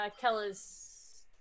Kella's